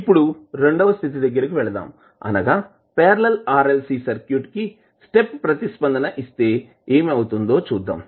ఇప్పుడు రెండవ స్థితి దగ్గరకు వెళ్దాం అనగా పార్లల్ RLC సర్క్యూట్ కి స్టెప్ ప్రతిస్పందన ఇస్తే ఏమి అవుతుందో చూద్దాం